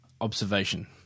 observation